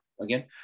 again